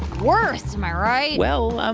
worst, am i right? well, um